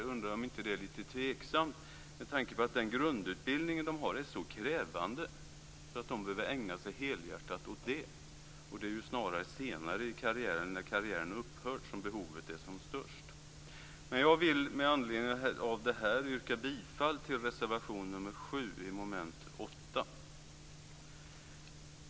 Jag undrar om inte det är lite tveksamt, med tanke på att deras grundutbildning är så krävande att de behöver ägna sig helhjärtat åt den. Det är ju snarare senare i karriären eller när karriären har upphört som behovet är som störst. Jag vill yrka bifall till reservation nr 7 under mom. 8.